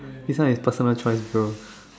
this one is personal choice bro